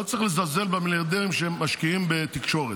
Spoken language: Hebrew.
לא צריך לזלזל במיליארדרים שמשקיעים בתקשורת,